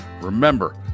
Remember